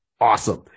awesome